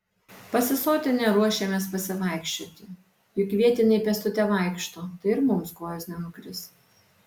pasisotinę ruošėmės pasivaikščioti juk vietiniai pėstute vaikšto tai ir mums kojos nenukris